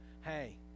hey